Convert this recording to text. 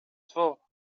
två